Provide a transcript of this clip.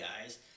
guys